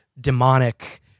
demonic